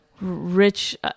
Rich